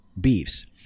beefs